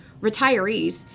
retirees